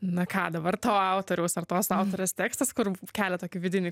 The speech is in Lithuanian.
na ką dabar to autoriaus ar tos autorės tekstas kur kelia tokį vidinį